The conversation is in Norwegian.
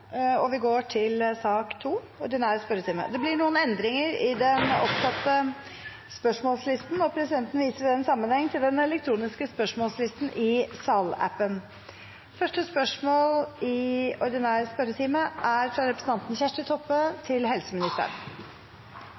Det blir noen endringer i den oppsatte spørsmålslisten, og presidenten viser i den sammenheng til den elektroniske spørsmålslisten i salappen. Endringene var som følger: Spørsmål 6, fra representanten Lise Christoffersen til arbeids- og sosialministeren, er overført til finansministeren som rette vedkommende. Spørsmål 9, fra representanten Bengt Fasteraune til